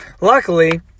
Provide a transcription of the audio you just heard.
luckily